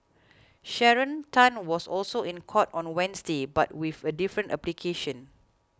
Sharon Tan was also in court on Wednesday but with a different application